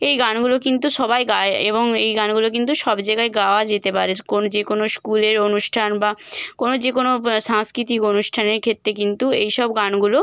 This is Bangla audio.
এই গানগুলো কিন্তু সবাই গায় এবং এই গানগুলো কিন্তু সব জায়গায় গাওয়া যেতে পারে কোনো যে কোনো স্কুলের অনুষ্ঠান বা কোনো যে কোনো সাংস্কৃতিক অনুষ্ঠানের ক্ষেত্রে কিন্তু এই সব গানগুলো